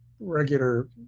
regular